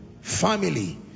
Family